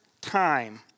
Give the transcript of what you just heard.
time